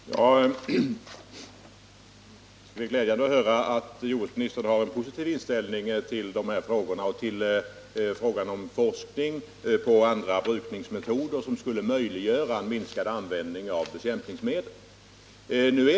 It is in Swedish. Herr talman! Det är glädjande att höra att jordbruksministern har en positiv inställning till de här frågorna och till frågan om forskning beträffande andra brukningsmetoder, som skulle möjliggöra minskad användning av bekämpningsmedel.